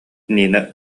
нина